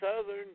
southern